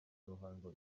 ruhango